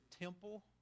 temple